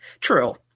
True